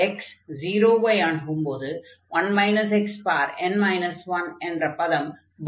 x 0 ஐ அணுகும்போது 1 xn 1 என்ற பதம் பவுண்டடாகவே இருக்கும்